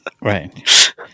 Right